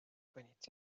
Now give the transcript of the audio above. کنید